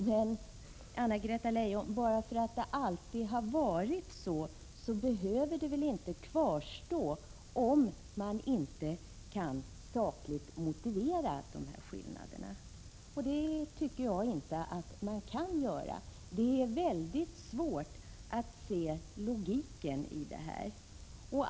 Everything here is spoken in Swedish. Men, Anna-Greta Leijon, bara därför att det alltid varit så behöver skillnaderna inte kvarstå om man sakligt inte kan motivera skillnaderna. Och det tycker jag inte att man kan göra. Det är väldigt svårt att se logiken i det hela.